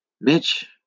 Mitch